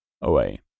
away